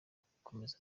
kubikomeza